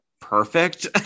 perfect